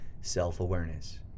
self-awareness